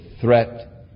threat